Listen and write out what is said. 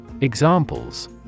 Examples